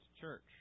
church